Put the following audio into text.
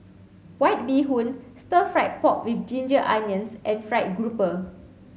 white bee hoon stir fried pork with ginger onions and fried grouper